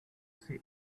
see